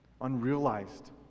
unrealized